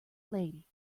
lady